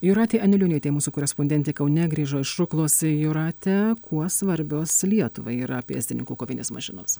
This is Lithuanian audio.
jūratė anilionytė mūsų korespondentė kaune grįžo iš ruklos jūrate kuo svarbios lietuvai yra pėstininkų kovinės mašinos